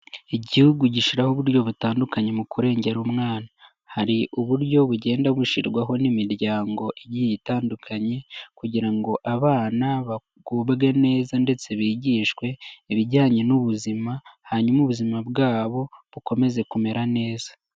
Igihugu gishyiraho uburyo butandukanye mu kurengera umwana, hari uburyo bugenda bushyirwaho n'imiryango igiye itandukanye, kugira ngo abana bagubwe neza ndetse bigishwe, ibijyanye n'ubuzima, hanyuma ubuzima bwabo, bukomeze kumera neza.